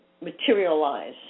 materialize